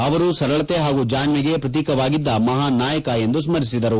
ಅವರು ಸರಳತೆ ಹಾಗೂ ಜಾಣ್ಮೆಗೆ ಪ್ರತೀಕವಾಗಿದ್ದ ಮಹಾನ್ ನಾಯಕ ಎಂದು ಸ್ಮರಿಸಿದರು